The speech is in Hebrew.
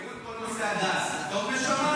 תסגרו את כל נושא הגז, טוב, נשמה?